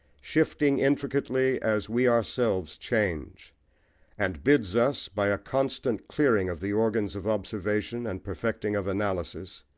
shifting intricately as we ourselves change and bids us, by a constant clearing of the organs of observation and perfecting of analysis,